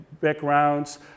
backgrounds